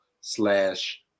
slash